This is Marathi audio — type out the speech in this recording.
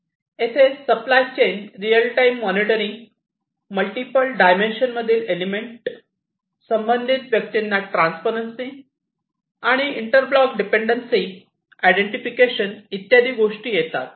येथे supply chain real time monitoring multiple dimension मधील एलिमेंट संबंधित व्यक्तींना ट्रान्सपरन्सी आणि इंटर ब्लॉक डीपेंडेन्सी आयडेंटिफिकेशन इत्यादी गोष्टी येतात